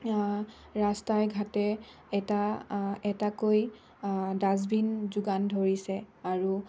ৰাস্তাই ঘাটে এটা এটাকৈ ডাষ্টবিন যোগান ধৰিছে আৰু